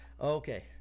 Okay